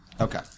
Okay